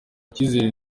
icyizere